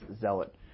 zealot